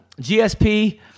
GSP